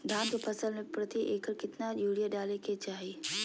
धान के फसल में प्रति एकड़ कितना यूरिया डाले के चाहि?